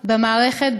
במערכת,